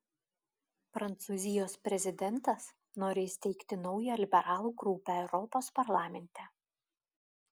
prancūzijos prezidentas nori įsteigti naują liberalų grupę europos parlamente